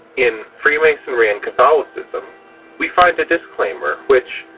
in freemasonry and catholicism we find a disclaimer which,